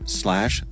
slash